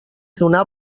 donar